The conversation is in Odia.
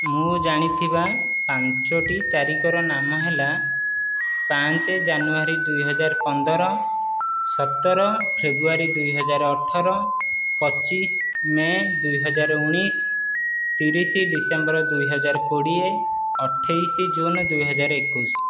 ମୁଁ ଜାଣିଥିବା ପାଞ୍ଚୋଟି ତାରିଖର ନାମ ହେଲା ପାଞ୍ଚ ଜାନୁଆରୀ ଦୁଇ ହଜାର ପନ୍ଦର ସତର ଫେବୃଆରୀ ଦୁଇ ହଜାର ଅଠର ପଚିଶ ମେ' ଦୁଇ ହଜାର ଉଣେଇଶ ତିରିଶ ଡିସେମ୍ବର ଦୁଇ ହଜାର କୋଡ଼ିଏ ଅଠେଇଶ ଜୁନ୍ ଦୁଇ ହଜାର ଏକୋଇଶ